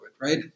right